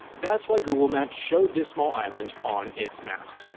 that's why google maps showed the small island on its maps.